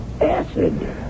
acid